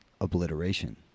obliteration